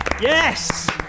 Yes